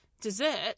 dessert